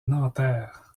nanterre